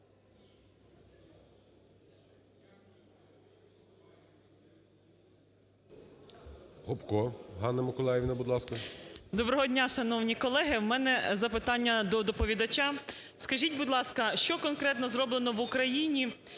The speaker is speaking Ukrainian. Доброго дня, шановні колеги! В мене запитання до доповідача. Скажіть, будь ласка, що конкретного зроблено в Україні